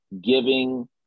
giving